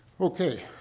Okay